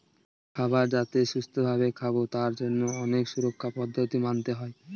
খাবার যাতে সুস্থ ভাবে খাবো তার জন্য অনেক সুরক্ষার পদ্ধতি মানতে হয়